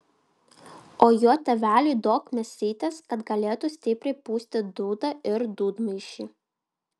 o jo tėveliui duok mėsytės kad galėtų stipriai pūsti dūdą ir dūdmaišį